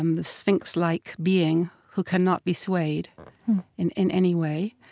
um the sphinx-like being who cannot be swayed in in any way,